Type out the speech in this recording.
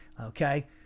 okay